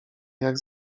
jak